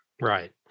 Right